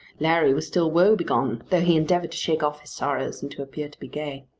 larry was still woe-begone though he endeavoured to shake off his sorrows and to appear to be gay.